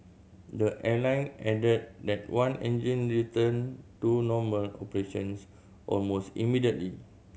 the airline added that that one engine returned to normal operations almost immediately